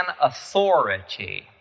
authority